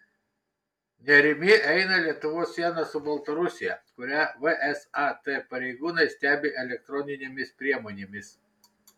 nerimi eina lietuvos siena su baltarusija kurią vsat pareigūnai stebi elektroninėmis priemonėmis